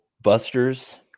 busters